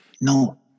No